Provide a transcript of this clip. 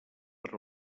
per